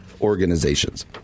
organizations